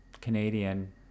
canadian